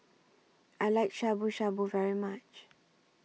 I like Shabu Shabu very much